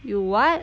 you [what]